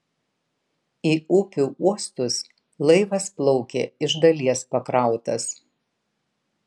į upių uostus laivas plaukia iš dalies pakrautas